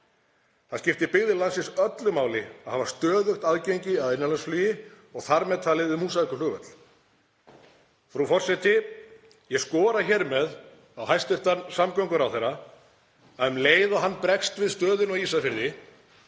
Það skiptir byggðir landsins öllu máli að hafa stöðugt aðgengi að innanlandsflugi og þar með talið um Húsavíkurflugvöll. Frú forseti. Ég skora hér með á hæstv. samgönguráðherra að um leið og hann bregst við stöðunni á Ísafirði